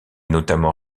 notamment